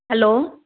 hello